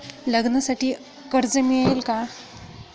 लग्नासाठी कर्ज मिळेल का?